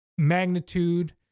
magnitude